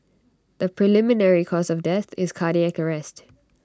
the preliminary cause of death is cardiac arrest